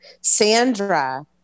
Sandra